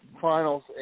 finals